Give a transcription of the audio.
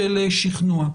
של שכנוע.